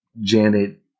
Janet